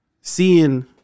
seeing